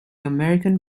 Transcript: american